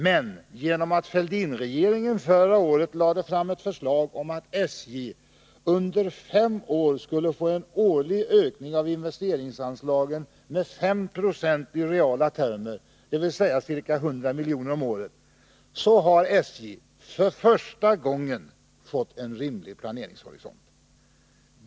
Men genom att Fälldinregeringen förra året lade fram ett förslag om att SJ under fem år skulle få en årlig ökning av investeringsanslagen med 5 9 i reala termer, dvs. ca 100 miljoner om året, har SJ för första gången fått en rimlig planeringshorisont.